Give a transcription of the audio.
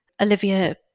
Olivia